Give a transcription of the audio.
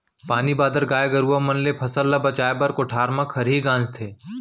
पानी बादर, गाय गरूवा मन ले फसल ल बचाए बर कोठार म खरही गांजथें